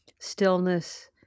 stillness